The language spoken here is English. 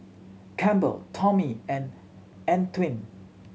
Campbell Tommie and Antwain